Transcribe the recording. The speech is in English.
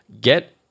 get